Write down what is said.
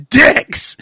dicks